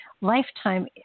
lifetime